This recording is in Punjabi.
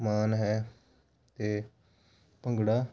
ਮਾਨ ਹੈ ਅਤੇ ਭੰਗੜਾ